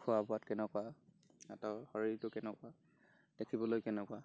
খোৱা ৱোবাত কেনেকুৱা সিহঁতৰ শৰীৰটো কেনেকুৱা দেখিবলৈ কেনেকুৱা